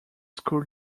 school